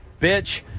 bitch